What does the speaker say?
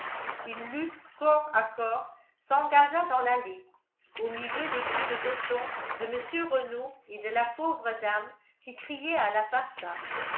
une lutte corps à corps s'engagea dans l'allée au milieu des cris de gothon de mr renault et de la pauvre dame qui criait à l'assassin